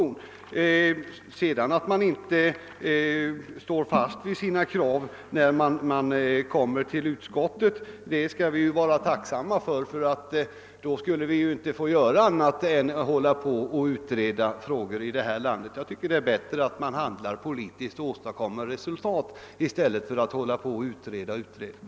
Sedan skall vi väl vara tacksamma för att man inte står fast vid sina krav, när man kommer till utskottet, tv annars skulle vi inte få göra annat än utreda frågor här i landet. Jag tycker att det är bättre att handla politiskt och åstadkomma resultat i stället för att bara hålla på att utreda.